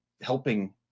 helping